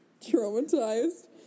Traumatized